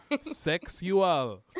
Sexual